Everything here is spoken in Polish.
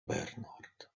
bernard